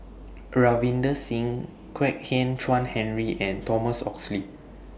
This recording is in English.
Ravinder Singh Kwek Hian Chuan Henry and Thomas Oxley